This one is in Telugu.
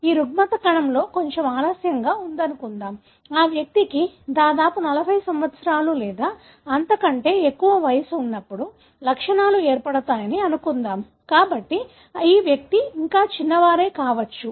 ఈ రుగ్మత కణంలో కొంచెం ఆలస్యంగా ఉందనుకుందాం ఆ వ్యక్తికి దాదాపు 40 సంవత్సరాలు లేదా అంతకంటే ఎక్కువ వయస్సు ఉన్నప్పుడు లక్షణాలు ఏర్పడతాయని అనుకుందాం కాబట్టి ఈ వ్యక్తులు ఇంకా చిన్నవారే కావచ్చు